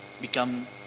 become